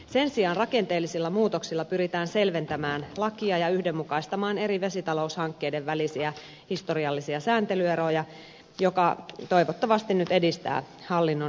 sen sijaan rakenteellisilla muutoksilla pyritään selventämään lakia ja yhdenmukaistamaan eri vesitaloushankkeiden välisiä historiallisia sääntelyeroja mikä toivottavasti nyt edistää hallinnon sujuvuutta